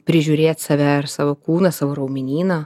prižiūrėt save ar savo kūną savo raumenyną